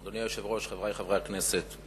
אדוני היושב-ראש, חברי חברי הכנסת,